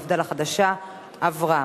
מפד"ל החדשה עברה.